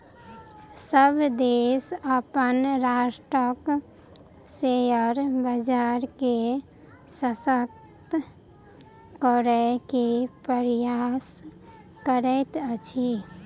सभ देश अपन राष्ट्रक शेयर बजार के शशक्त करै के प्रयास करैत अछि